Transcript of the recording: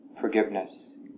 forgiveness